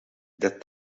that